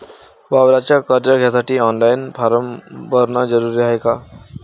वावराच कर्ज घ्यासाठी ऑनलाईन फारम भरन जरुरीच हाय का?